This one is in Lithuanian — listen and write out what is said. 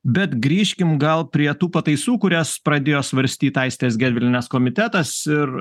bet grįžkim gal prie tų pataisų kurias pradėjo svarstyt aistės gedvilienės komitetas ir